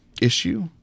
Issue